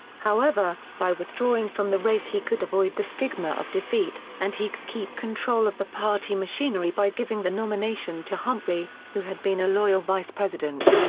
however, by withdrawing from the race he could avoid the stigma of defeat, and he could keep control of the party machinery by giving the nomination to humphrey, who had been a loyal vice-president.